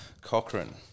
Cochrane